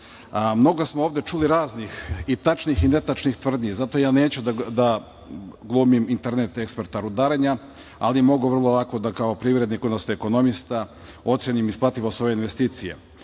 smo ovde čuli i tačnih i netačnih tvrdnji. Zato ja neću da glumim internet eksperta rudarenja, ali mogao bih da ovako kao privrednik, odnosno ekonomista ocenim isplativost ove investicije,